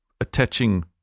attaching